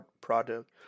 product